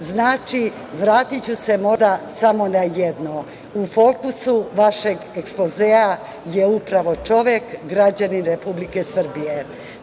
Znači, vratiću se možda samo na jedno. U fokusu vašeg ekspozea je upravo čovek, građanin Republike Srbije. Takođe,